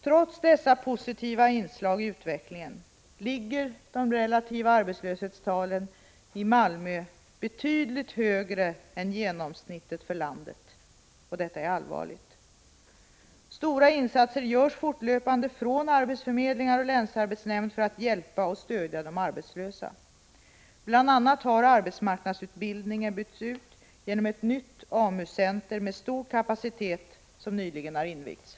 Trots dessa positiva inslag i utvecklingen ligger de relativa arbetslöshetstalen i Malmö betydligt högre än genomsnittet för landet, och detta är allvarligt. Stora insatser görs fortlöpande från arbetsförmedlingar och länsarbetsnämnd för att hjälpa och stödja de arbetslösa. Bl. a. har arbetsmarknadsutbildningen byggts ut genom att ett nytt AMU-center med stor kapacitet nyligen har invigts.